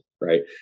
Right